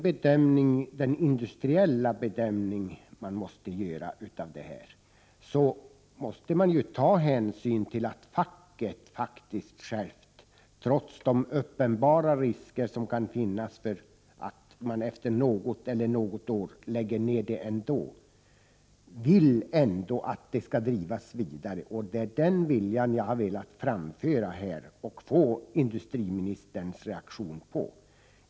Men vid den industriella bedömning som man måste göra måste hänsyn tas till att fackföreningarna själva, trots de uppenbara riskerna att verksamheten efter något eller några år läggs ned, ändå vill att valsverket skall drivas vidare. Det är den viljan som jag har velat framföra här och få industriministerns reaktion på.